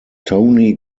tony